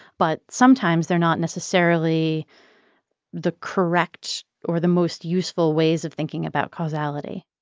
but sometimes, they're not necessarily the correct or the most useful ways of thinking about causality